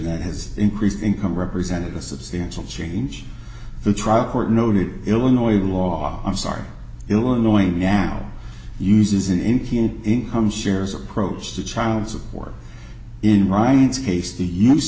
that has increased income represented a substantial change the trial court noted illinois law i'm sorry illinois now uses an increase in income shares approach to child support in ryan's case the use